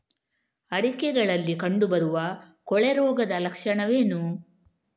ಅಡಿಕೆಗಳಲ್ಲಿ ಕಂಡುಬರುವ ಕೊಳೆ ರೋಗದ ಲಕ್ಷಣವೇನು?